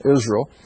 Israel